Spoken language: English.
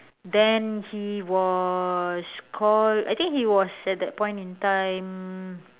then he was called I think he was at that point in time